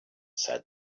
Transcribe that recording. said